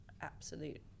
absolute